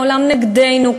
העולם נגדנו,